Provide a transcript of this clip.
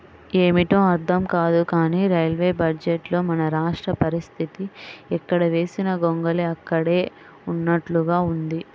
ఏమిటో అర్థం కాదు కానీ రైల్వే బడ్జెట్లో మన రాష్ట్ర పరిస్తితి ఎక్కడ వేసిన గొంగళి అక్కడే ఉన్నట్లుగా ఉంది